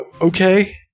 Okay